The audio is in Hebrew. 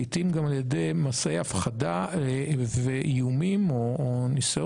לעיתים גם על ידי מסעי הפחדה ואיומים או ניסיון